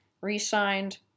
re-signed